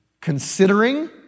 considering